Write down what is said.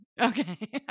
Okay